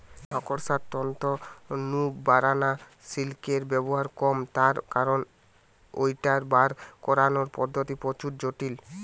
মাকড়সার তন্তু নু বারানা সিল্কের ব্যবহার কম তার কারণ ঐটার বার করানার পদ্ধতি প্রচুর জটিল